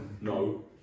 No